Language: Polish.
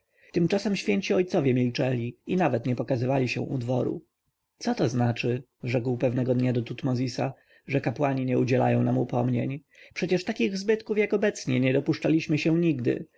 tymczasem święci ojcowie milczeli i nawet nie pokazywali się u dworu co to znaczy rzekł pewnego dnia do tutmozisa że kapłani nie udzielają nam upomnień przecież takich zbytków jak obecnie nie dopuszczaliśmy się nigdy